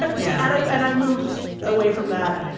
but yeah and i and i moved away from that,